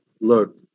look